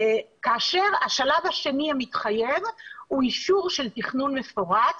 כאשר השלב השני המתחייב הוא אישור של תכנון מפורט,